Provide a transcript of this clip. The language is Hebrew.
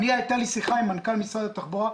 היתה לי שיחה עם מנכ"ל משרד התחבורה.